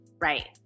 Right